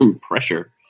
pressure